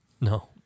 No